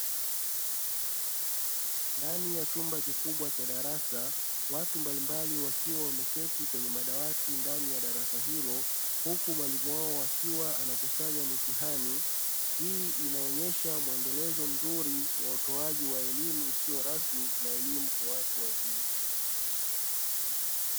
Ndani ya chumba kikubwa cha darasa, watu mbalimbali wakiwa wameketi kwenye madawati ndani ya darasa hilo, huku mwalimu wao akiwa anakusanya mitihani, hii inaonyesha muendelezo mzuri wa utoaji wa elimu isiyo rasmi na elimu kwa watu wazima.